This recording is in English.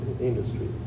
industry